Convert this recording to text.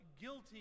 guilty